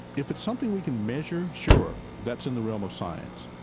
if it's something we can measure, sure that's in the realm of science.